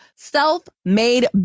self-made